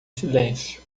silêncio